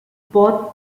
both